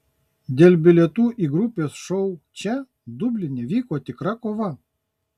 dėl bilietų į grupės šou čia dubline vyko tikra kova